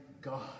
God